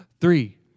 three